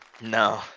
No